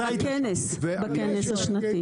בכנס השנתי.